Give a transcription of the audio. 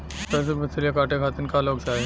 सरसो के फसलिया कांटे खातिन क लोग चाहिए?